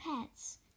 pets